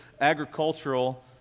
agricultural